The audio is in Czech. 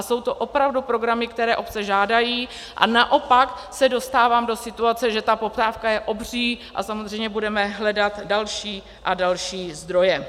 Jsou to opravdu programy, které obce žádají, a naopak se dostávám do situace, že ta poptávka je obří a samozřejmě budeme hledat další a další zdroje.